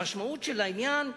המשמעות של העניין,